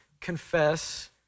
confess